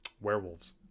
Werewolves